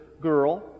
girl